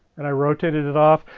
and i rotated it off.